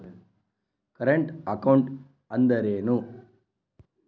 Current account ಅಂದರೇನು?